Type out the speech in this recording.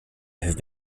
have